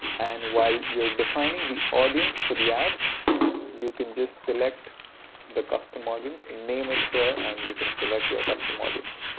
and while you're defining the audience for the ad you can just select the custom audience. name it here and you can select your custom audience.